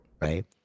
Right